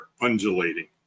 undulating